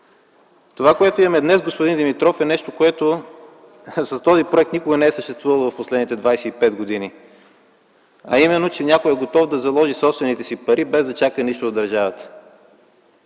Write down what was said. Това, което имаме днес, господин Димитров, е нещо, което с този проект никога не е съществувало в последните 25 години, а именно че някой е готов да заложи собствените си пари без да чака нищо от държавата.